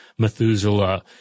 Methuselah